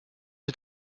est